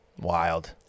Wild